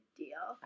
deal